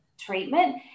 treatment